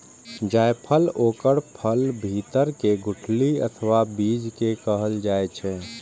जायफल ओकर फलक भीतर के गुठली अथवा बीज कें कहल जाइ छै